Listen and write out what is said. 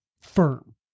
firm